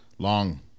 Long